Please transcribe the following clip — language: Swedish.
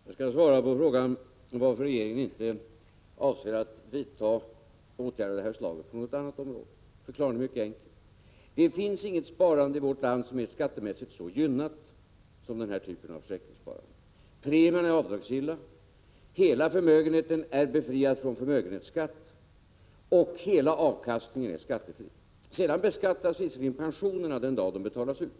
Herr talman! Jag skall svara på frågan varför regeringen inte avser att vidta åtgärder av det här slaget på något annat område. Förklaringen är mycket enkel. Det finns inget annat sparande i vårt land som skattemässigt är så gynnat som försäkringssparande. Premierna är avdragsgilla, hela förmögenheten är befriad från förmögenhetsskatt och hela avkastningen är skattefri. Pensionerna beskattas visserligen den dag de betalas ut.